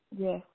Yes